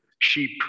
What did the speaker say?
sheep